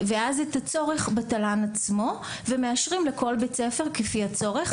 ואז את הצורך בתל"ן עצמו ומאשרים לכל בית ספר כפי הצורך.